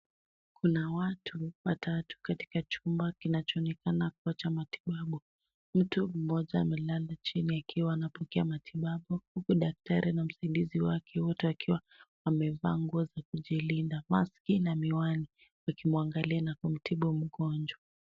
Kuna watu watatu katika chumba kinachoonekana kuwa cha matibabu. Mtu mmoja amelala chini akiwa anapokea matibabu, huku daktari na msaidizi wake, wote, wakiwa wamevaa nguo za kujilinda, maski na miwani wakimwagalia na kumtibu mgonjwa.